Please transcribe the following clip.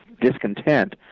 discontent